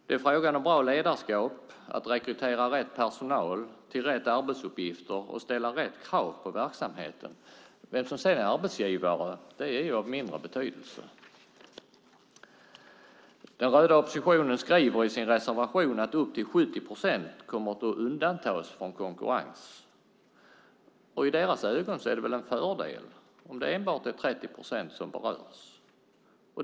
Det handlar om bra ledarskap, att rekrytera rätt personal till rätt arbetsuppgifter och ställa rätt krav på verksamheten. Vem som är arbetsgivare är av mindre betydelse. Den röda oppositionen skriver i sin reservation att upp till 70 procent kommer att undantas från konkurrens. I deras ögon är det väl en fördel om det är enbart 30 procent som berörs.